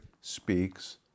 speaks